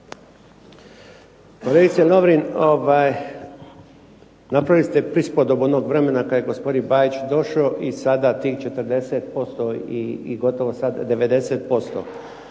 Kolegice Lovrin napravili ste prispodobu onog vremena kada je gospodin Bajić došao i sada tih 40% i gotovo sad 90%.